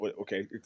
okay